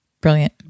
brilliant